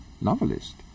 novelist